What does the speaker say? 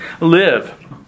live